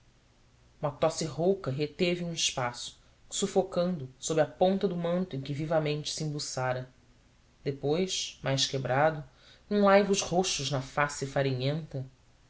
tosse rouca reteve o um espaço sufocando sob a ponta do manto em que vivamente se embuçara depois mais quebrado com laivos roxos na face farinhenta